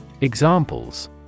Examples